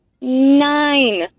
nine